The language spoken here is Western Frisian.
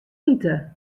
ite